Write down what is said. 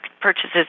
purchases